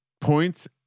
points